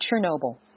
Chernobyl